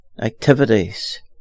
activities